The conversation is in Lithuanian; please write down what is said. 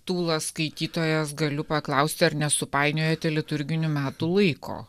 tūlas skaitytojas galiu paklausti ar ne supainiojote liturginių metų laiko